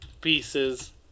pieces